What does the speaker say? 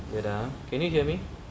wait ah can you hear me